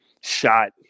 shot